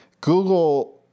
Google